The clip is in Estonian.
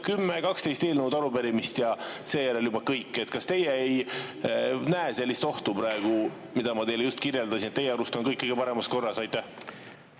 10–12 eelnõu ja arupärimist, ja seejärel on kõik. Kas teie ei näe sellist ohtu, mida ma just kirjeldasin? Kas teie arust on kõik kõige paremas korras? Aitäh,